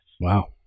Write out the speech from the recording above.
Wow